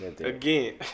again